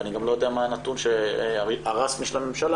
ואני לא יודע גם מה הנתון הרשמי של הממשלה